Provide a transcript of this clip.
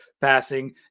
passing